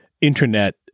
internet